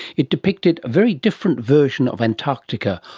it depicted a very different version of antarctica,